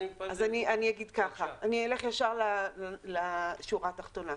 אלך ישר לשורה התחתונה,